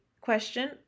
question